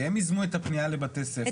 שהם ייזמו את הפניה לבתי הספר,